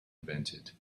invented